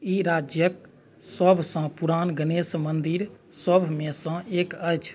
ई राज्यक सभसँ पुरान गणेश मन्दिर सभमे सँ एक अछि